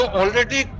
already